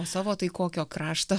o savo tai kokio krašto